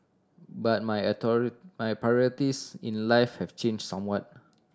but my my priorities in life have changed somewhat